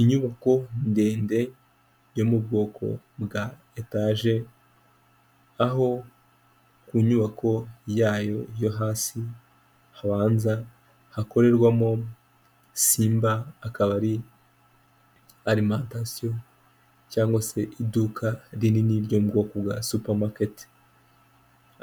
Inyubako ndende yo mu bwoko bwa etaje, aho ku nyubako yayo yo hasi habanza hakorerwamo Simba, akaba ari arimantasiyo cyangwa se iduka rinini ryo mu bwoko bwa supamaketi,